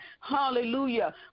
hallelujah